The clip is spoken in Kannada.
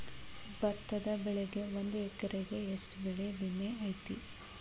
ಭತ್ತದ ಬೆಳಿಗೆ ಒಂದು ಎಕರೆಗೆ ಎಷ್ಟ ಬೆಳೆ ವಿಮೆ ಐತಿ?